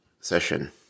session